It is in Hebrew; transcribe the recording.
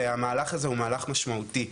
והמהלך הזה הוא מהלך משמעותי,